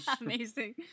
amazing